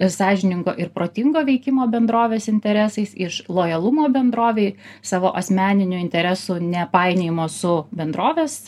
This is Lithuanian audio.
sąžiningo ir protingo veikimo bendrovės interesais iš lojalumo bendrovei savo asmeninių interesų nepainiojimo su bendrovės